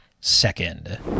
second